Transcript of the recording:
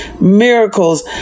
miracles